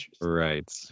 Right